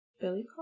billy